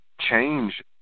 change